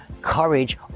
courage